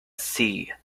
sea